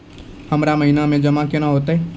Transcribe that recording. हमरा महिना मे जमा केना हेतै?